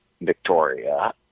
Victoria